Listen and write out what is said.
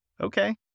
Okay